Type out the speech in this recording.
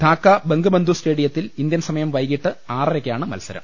ധാക്ക ബംഗബന്ധു സ്റ്റേഡിയത്തിൽ ഇന്ത്യൻ സമയം വൈകിട്ട് ആറരയ്ക്കാണ് മത്സരം